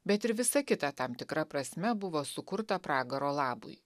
bet ir visa kita tam tikra prasme buvo sukurta pragaro labui